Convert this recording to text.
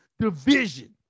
division